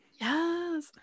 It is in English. Yes